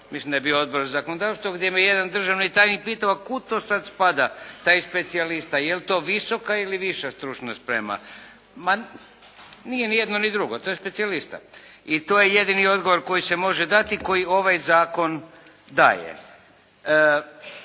mislim da je bio Odbor za zakonodavstvo gdje me je jedan državni tajnik pitao, a kud sad to spada taj specijalista, je li to visoka ili viša stručna sprema? Ma nije ni jedno ni drugo, to je specijalista i to je jedini odgovor koji se može dati, koji ovaj Zakon daje.